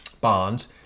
bonds